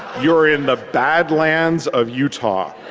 you're in the badlands of utah.